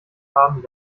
haben